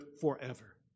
forever